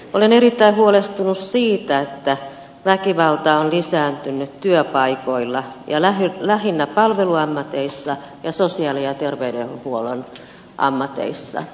olen erittäin huolestunut siitä että väkivalta on lisääntynyt työpaikoilla lähinnä palveluammateissa ja sosiaali ja terveydenhuollon ammateissa